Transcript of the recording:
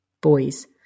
boys